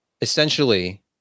essentially